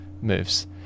moves